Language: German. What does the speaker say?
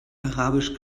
arabisch